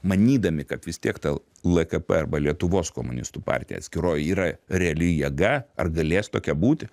manydami kad vis tiek ta lkp arba lietuvos komunistų partija atskiroji yra reali jėga ar galės tokia būti